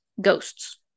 ghosts